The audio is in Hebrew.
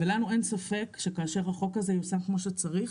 ולנו אין ספק שכאשר החוק הזה ייושם כמו שצריך